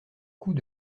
coûts